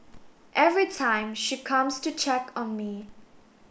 every time she comes to check on me